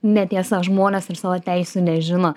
netiesa žmonės ir savo teisių nežino